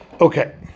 Okay